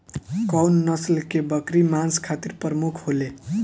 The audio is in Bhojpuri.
कउन नस्ल के बकरी मांस खातिर प्रमुख होले?